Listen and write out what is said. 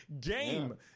game